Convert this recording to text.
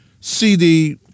CD